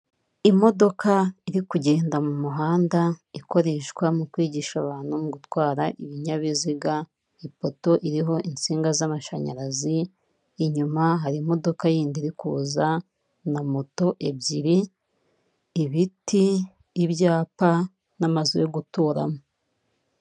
Imodoka iri kugenda mu muhanda ikoreshwa mu kwigisha abantu gutwara ibinyabiziga, ipoto iriho insinga z'amashanyarazi, inyuma hari imodoka yindi iri kuza, na moto ebyiri, ibiti ibyapa n'amazu yo guturamo.